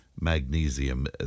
magnesium